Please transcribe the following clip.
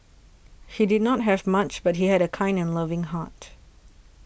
he did not have much but he had a kind and loving heart